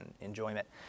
enjoyment